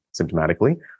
symptomatically